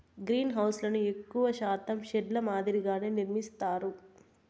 గ్రీన్హౌస్లను ఎక్కువ శాతం షెడ్ ల మాదిరిగానే నిర్మిత్తారు